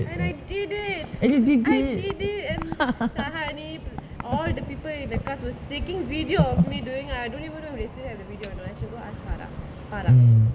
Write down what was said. and I did it I did it and all the people in the class was taking video of me doing ah I don't even know if they have the video or not I should go ask farah farah